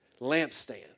Lampstand